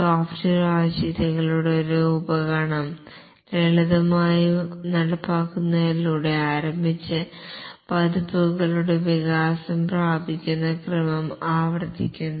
software ആവശ്യകതകളുടെ ഒരു ഉപഗണം ലളിതമായി നടപ്പിലാക്കുന്നതിലൂടെ ആരംഭിച്ച് പതിപ്പുകളുടെ വികാസം പ്രാപിക്കുന്ന ക്രമം ആവർത്തിക്കുന്നു